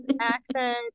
accent